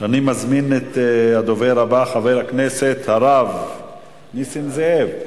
אני מזמין את הדובר הבא, חבר הכנסת הרב נסים זאב.